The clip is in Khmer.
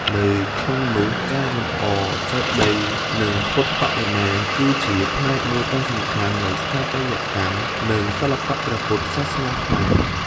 នៅក្នុងនោះ ការលម្អចេតិយ និងពុទ្ធបដិមា គឺជាផ្នែកមួយដ៏សំខាន់នៃស្ថាបត្យកម្ម និងសិល្បៈព្រះពុទ្ធសាសនាខ្មែរ។